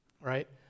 right